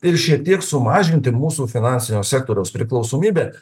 tai ir šiek tiek sumažinti mūsų finansinio sektoriaus priklausomybę